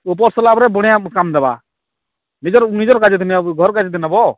ଉପର ସରିଲା ପରେ ବଢ଼ିଆ କାମ୍ ଦେବା ନିଜର ନିଜର କାଜେ ଦେ ନିଆ ଘର କାଜେ ଦେ ନବ